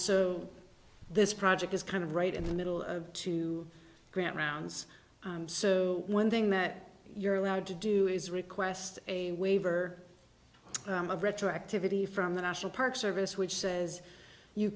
so this project is kind of right in the middle of two grounds so one thing that you're allowed to do is request a waiver of retroactivity from the national park service which says you